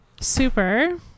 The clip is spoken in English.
super